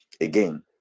again